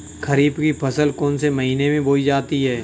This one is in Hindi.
खरीफ की फसल कौन से महीने में बोई जाती है?